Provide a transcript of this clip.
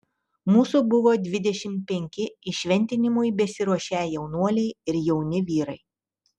mūsų buvo dvidešimt penki įšventinimui besiruošią jaunuoliai ir jauni vyrai